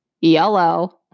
yellow